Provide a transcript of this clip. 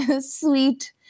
sweet